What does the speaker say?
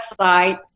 website